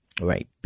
right